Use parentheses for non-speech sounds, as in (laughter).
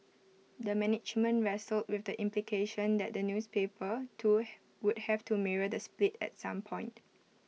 the management wrestled with the implication that the newspaper too (hesitation) would have to mirror the split at some point